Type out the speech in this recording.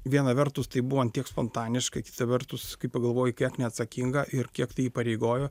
vieną vertus tai buvo ant tiek spontaniška kitą vertus kaip pagalvoji kiek neatsakinga ir kiek tai įpareigojo